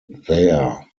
there